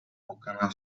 okna